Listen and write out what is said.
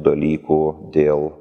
dalykų dėl